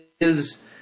gives